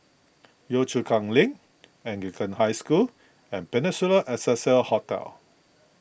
Yio Chu Kang Link Anglican High School and Peninsula Excelsior Hotel